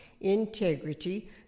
integrity